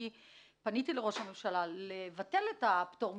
אני פניתי לראש הממשלה לבטל את הפטור מוויזה.